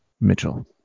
Mitchell